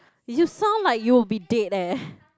you just sound like you'll be dead there